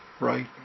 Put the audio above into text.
right